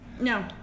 No